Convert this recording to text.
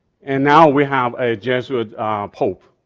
and now we have a jesuit pope.